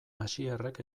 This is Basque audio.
asierrek